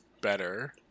better